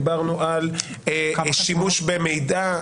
דיברנו על שימוש במידע.